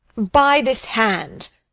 by this hand,